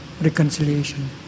reconciliation